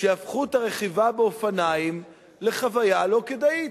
שיהפכו את הרכיבה על אופניים לחוויה לא כדאית,